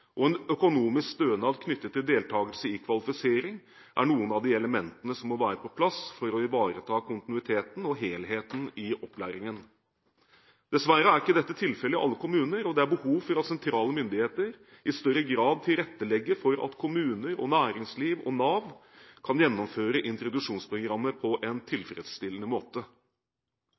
og en økonomisk stønad knyttet til deltakelse i kvalifisering er noen av de elementene som må være på plass for å ivareta kontinuiteten og helheten i opplæringen. Dessverre er ikke dette tilfellet i alle kommuner, og det er behov for at sentrale myndigheter i større grad tilrettelegger for at kommuner, næringsliv og Nav kan gjennomføre introduksjonsprogrammet på en tilfredsstillende måte.